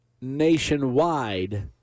nationwide